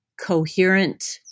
coherent